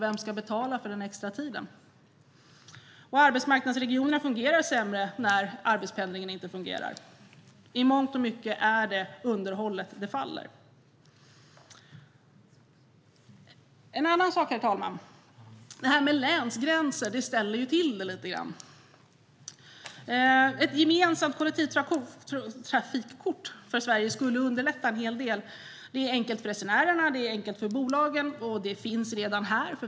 Vem ska betala för den extra tiden? Arbetsmarknadsregionerna fungerar sämre när arbetspendlingen inte fungerar. I mångt och mycket är det underhållet som det faller på. Herr talman! Detta med länsgränser ställer till det lite grann. Ett gemensamt kollektivtrafikkort för Sverige skulle underlätta en hel del. Det är enkelt för resenärerna och enkelt för bolagen - och det finns redan här.